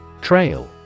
Trail